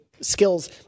skills